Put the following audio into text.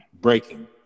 breaking